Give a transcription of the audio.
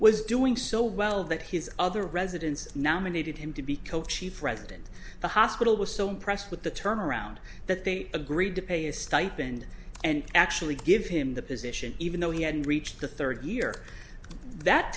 was doing so well that his other residents nominated him to be co chief resident the hospital was so impressed with the turnaround that they agreed to pay a stipend and actually give him the position even though he had reached the third year that